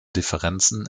differenzen